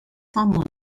harmonic